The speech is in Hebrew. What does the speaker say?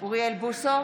ברור לי שזה